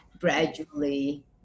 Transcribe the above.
gradually